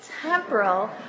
temporal